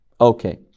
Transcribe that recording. Okay